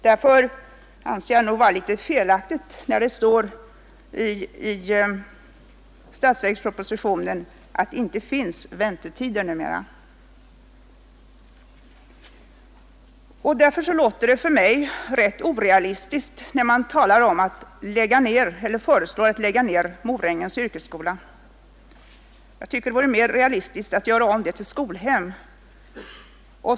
Därför anser jag det vara felaktigt när det i statsverkspropositionen står att det numera inte förekommer några väntetider. För mig låter det också därför ganska orealistiskt, när man föreslår att Morängens yrkesskola skall läggas ner. Jag tycker att det vore mera realistiskt att göra om den till skolhem.